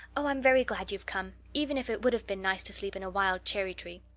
oh, i'm very glad you've come, even if it would have been nice to sleep in a wild cherry-tree.